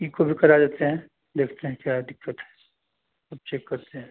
eco भी करा देते हैं देखते हैं क्या दिक्कत है सब चेक करते हैं